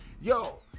yo